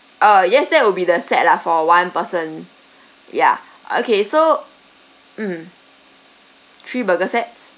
uh yes that will be the set lah for one person ya okay so mm three burger sets